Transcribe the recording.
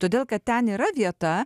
todėl kad ten yra vieta